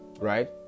right